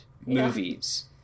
movies